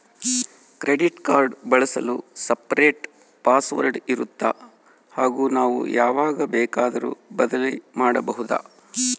Credit card ಬಳಸಲು separate password ಇರುತ್ತಾ ಹಾಗೂ ನಾವು ಯಾವಾಗ ಬೇಕಾದರೂ ಬದಲಿ ಮಾಡಬಹುದಾ?